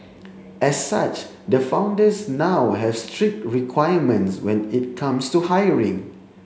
as such the founders now have strict requirements when it comes to hiring